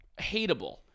hateable